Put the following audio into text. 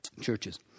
churches